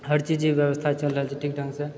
हर चीजकेँ व्यवस्था चलि रहल छै ठीक ढङ्गसँ